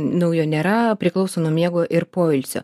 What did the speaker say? naujo nėra priklauso nuo miego ir poilsio